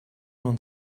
non